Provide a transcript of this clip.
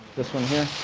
this one here.